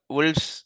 Wolves